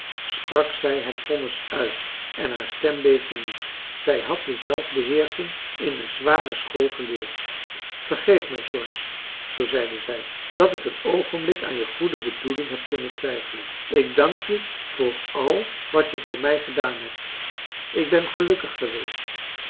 sprak zij het vonnis uit en haar stem beefde niet zij had de zelfbeheersching in een zware school geleerd vergeef mij george zoo zeide zij dat ik een oogenblik aan je goede bedoeling heb kunnen twijfelen ik dank je voor al wat je voor mij gedaan hebt ik ben gelukkig geweest